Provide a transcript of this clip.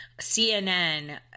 CNN